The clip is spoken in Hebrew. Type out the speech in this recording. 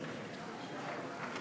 (חותם על ההצהרה)